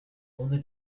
only